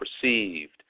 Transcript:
perceived